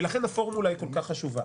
ולכן הפורמולה היא כל כך חשובה.